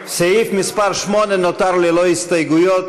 סעיף מס' 8 נותר ללא ההסתייגויות.